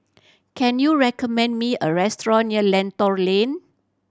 can you recommend me a restaurant near Lentor Lane